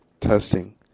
Testing